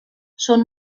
són